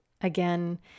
Again